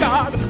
God